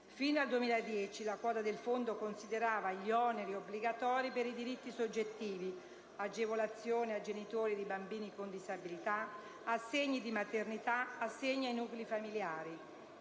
Fino al 2010 la quota del fondo considerava gli oneri obbligatori per i diritti soggettivi (agevolazioni a genitori di bambini con disabilità, assegni di maternità, assegni ai nuclei familiari,